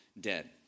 dead